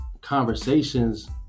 conversations